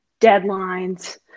deadlines